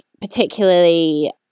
particularly